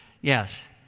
Yes